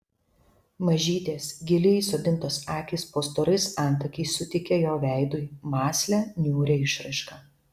mažytės giliai įsodintos akys po storais antakiais suteikė jo veidui mąslią niūrią išraišką